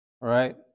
right